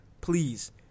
Please